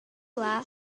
rywle